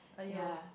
ya